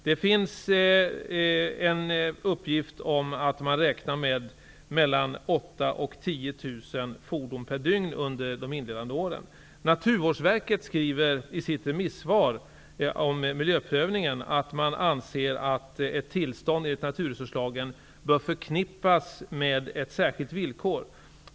Det finns en uppgift om att man räknar med mellan 8 000 och 10 000 fordon per dygn under de inledande åren. Naturvårdsverket skriver i sitt remissvar om miljöprövningen att man anser att ett tillstånd enligt naturresurslagen bör förknippas med ett särskilt villkor.